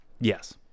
yes